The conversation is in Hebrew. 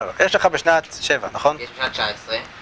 יש לך בשנת 7, נכון? -יש בשנת 19